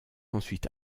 ensuite